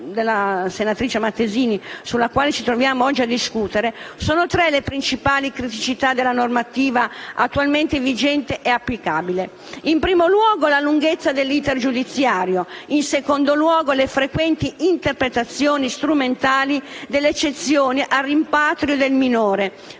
della senatrice Mattesini, sulla quale ci troviamo oggi a discutere, sono tre le principali criticità della normativa attualmente vigente e applicabile: in primo luogo, la lunghezza dell'*iter* giudiziario; in secondo luogo, le frequenti interpretazioni strumentali delle eccezioni al rimpatrio del minore